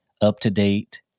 up-to-date